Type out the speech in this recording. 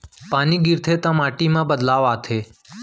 पानी गिरथे ता माटी मा का बदलाव आथे?